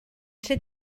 ser